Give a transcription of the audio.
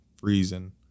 freezing